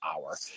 hour